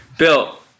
Bill